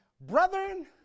brethren